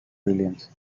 brilliance